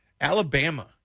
Alabama